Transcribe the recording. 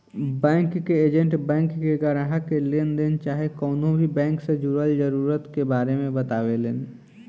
bank के agent bank के ग्राहक के लेनदेन चाहे कवनो भी बैंक से जुड़ल जरूरत के बारे मे बतावेलन